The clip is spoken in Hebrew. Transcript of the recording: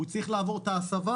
הוא עובר את ההסבה,